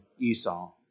Esau